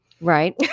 Right